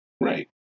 right